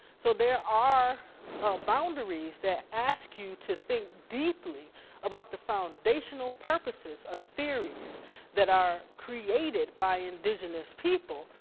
so there are boundaries that ask you to think deeply about the foundational purposes of theories that are created by indigenous people.